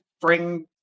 bring